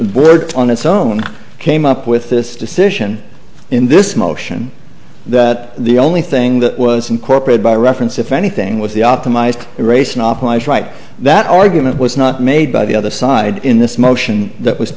bird on its own came up with this decision in this motion that the only thing that was incorporated by reference if anything with the optimized racing off lies right that argument was not made by the other side in this motion that was